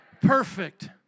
Perfect